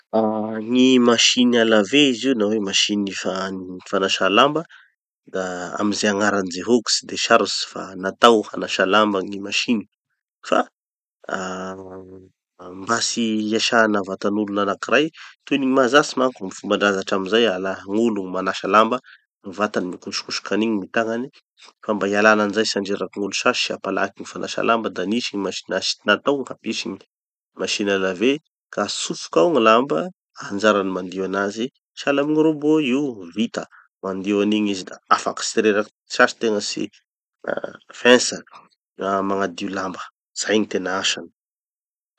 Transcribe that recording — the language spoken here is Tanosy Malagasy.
Ah gny machine à laver izy io na hoe masiny fa- fanasà lamba da amy ze agnarany zehôky tsy de sarotsy fa natao hanasà lamba gny masiny. Fa ah ah mba tsy hiasana vatan'olo anakiray, toy ny gny mahazatsy manko gny fomban-draza hatramizay ala- gn'olo gny manasa lamba, gny vatany mikosokosoky anigny gny tagnany. Ka mba hialana anizay tsy handreraky olo sasy sy hampalaky gny fanasà lamba da nisy gny machine à- natao gny hampisy gny machine à laver ka atsofoky ao gny lamba, anjarany mandio anazy, sahala amy gny robot io, vita, mandio anigny izy da afaky tsy reraky sasy tegna tsy ah fentsa ah magnadio lamba. Zay gny tena asany.